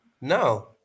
No